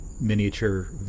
Miniature